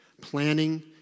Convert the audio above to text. Planning